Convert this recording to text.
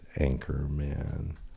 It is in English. Anchorman